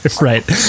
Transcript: right